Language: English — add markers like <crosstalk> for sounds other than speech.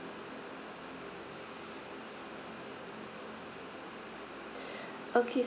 <breath> okay